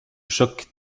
choc